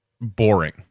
boring